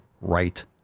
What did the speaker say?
right